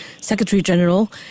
Secretary-General